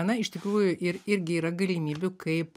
na iš tikrųjų ir irgi yra galimybių kaip